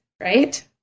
right